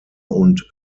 und